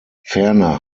ferner